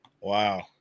wow